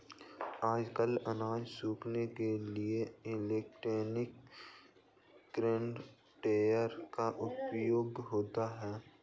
आजकल अनाज सुखाने के लिए इलेक्ट्रॉनिक ग्रेन ड्रॉयर का उपयोग होता है